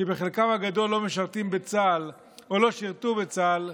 שבחלקם הגדול לא משרתים בצה"ל או לא שירתו בצה"ל,